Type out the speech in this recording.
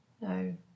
no